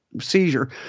seizure